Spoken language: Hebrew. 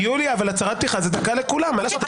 אבל הצהרת פתיחה זה דקה לכולם, מה לעשות.